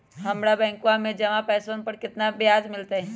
हम्मरा बैंकवा में जमा पैसवन पर कितना ब्याज मिलतय?